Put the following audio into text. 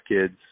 kids